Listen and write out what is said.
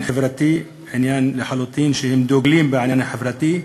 עניין חברתי, והם דוגלים בעניין החברתי.